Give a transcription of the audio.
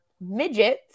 midgets